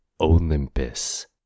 Olympus